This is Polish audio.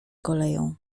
koleją